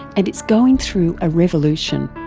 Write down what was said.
and it's going through a revolution.